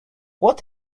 what